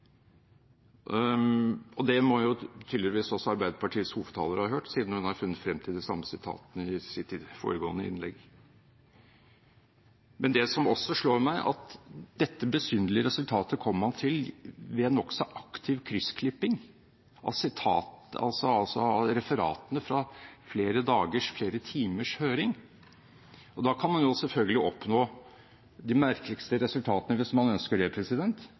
selverkjennelse. Det må tydeligvis også Arbeiderpartiets hovedtaler ha hørt, siden hun hadde funnet frem til de samme sitatene i sitt foregående innlegg. Det som slår meg, er at dette besynderlige resultatet kommer man til ved nokså aktiv kryssklipping av referatene fra flere dagers, flere timers, høring. Man kan selvfølgelig oppnå de merkeligste resultater hvis man ønsker det